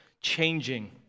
changing